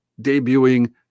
debuting